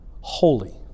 holy